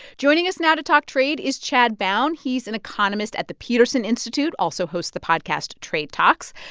joining us now to talk trade is chad bown. he's an economist at the peterson institute also hosts the podcast trade talks.